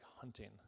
hunting